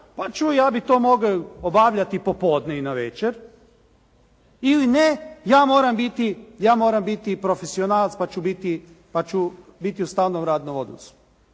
«Pa čuj ja bi to mogel obavljati popodne i navečer» ili «Ne, ja moram biti profesionalac pa ću biti u stalnom radnom odnosu.»